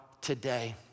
today